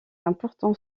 important